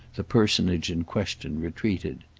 the personage in question retreated.